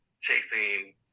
chasing